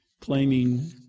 claiming